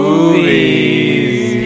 Movies